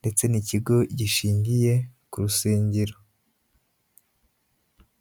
ndetse ni ikigo gishingiye ku rusengero.